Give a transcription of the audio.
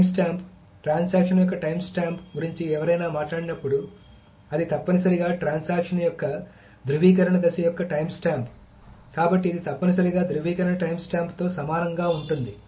timestamp transaction యొక్క timestamp గురించి ఎవరైనా మాట్లాడినప్పుడు అది తప్పనిసరిగా ట్రాన్సాక్షన్ యొక్క ధ్రువీకరణ దశ యొక్క టైమ్స్టాంప్ కాబట్టి ఇది తప్పనిసరిగా ధ్రువీకరణ టైమ్స్టాంప్తో సమానంగా ఉంటుంది